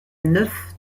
neuf